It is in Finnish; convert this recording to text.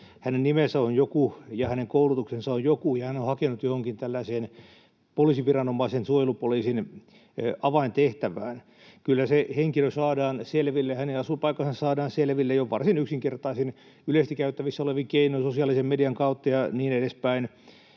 hänen nimensä on joku ja hänen koulutuksensa on joku ja hän on hakenut johonkin tällaiseen poliisiviranomaisen, suojelupoliisin, avaintehtävään. Kyllä se henkilö saadaan selville. Hänen asuinpaikkansa saadaan selville jo varsin yksinkertaisin yleisesti käytettävissä olevin keinoin, sosiaalisen median kautta ja niin edespäin,